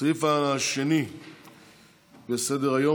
הסעיף השני בסדר-היום,